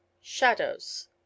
shadows